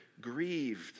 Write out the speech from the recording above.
grieved